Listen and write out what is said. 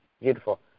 Beautiful